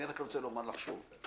אני רק רוצה לומר לך שוב.